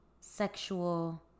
sexual